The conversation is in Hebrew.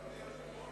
אדוני היושב-ראש,